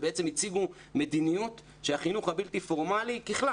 והציגו מדיניות של החינוך הבלתי פורמלי בכלל